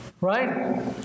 Right